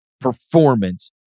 performance